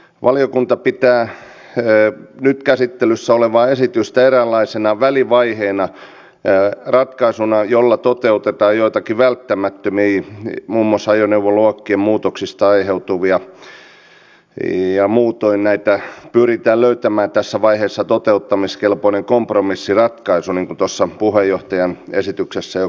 valiokunta pitää nyt käsittelyssä olevaa esitystä eräänlaisena välivaiheena ratkaisuna jolla toteutetaan joitakin välttämättömiä muun muassa ajoneuvoluokkien muutoksista aiheutuvia ratkaisuja ja muutoin pyritään löytämään tässä vaiheessa toteuttamiskelpoinen kompromissiratkaisu niin kuin tuossa puheenjohtajan esityksessä jo kuultiin